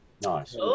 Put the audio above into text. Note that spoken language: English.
Nice